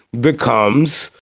becomes